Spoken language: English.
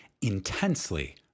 intensely